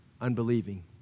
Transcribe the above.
Unbelieving